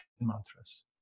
mantras